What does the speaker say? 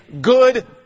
good